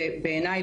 בעיניי,